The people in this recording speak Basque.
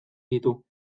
ditu